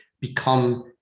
become